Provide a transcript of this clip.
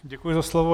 Děkuji za slovo.